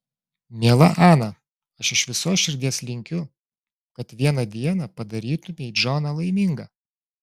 miela ana aš iš visos širdies linkiu kad vieną dieną padarytumei džoną laimingą